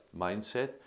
mindset